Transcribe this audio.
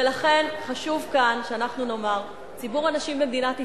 ולכן חשוב כאן שאנחנו נאמר לציבור הנשים במדינת ישראל: